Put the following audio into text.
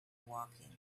woking